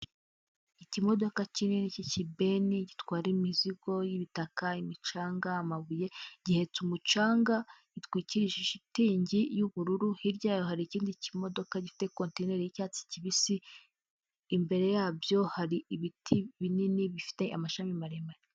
Ikimodoka kinini cy'ikibeni gitwara imizigo y'ibitaka, imicanga, amabuye. Gihetse umucanga gitwikirishije shitingi y'ubururu, hirya yayo hari ikindi kimodoka gifite kontineri y'icyatsi kibisi, imbere yabyo hari ibiti binini bifite amashami maremare.